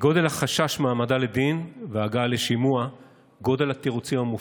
כגודל החשש מהעמדה לדין והגעה לשימוע גודל התירוצים המופרכים.